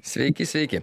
sveiki sveiki